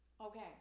Okay